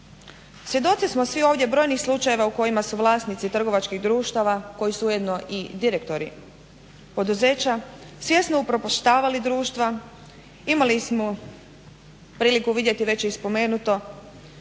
Svjedoci smo svi ovdje brojnih slučajeva u kojima su vlasnici trgovačkih društava koji su ujedno i direktori poduzeća svjesno upropaštavali društva. Imali smo prilike vidjeti, već je i spomenuto